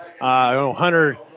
Hunter